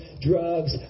drugs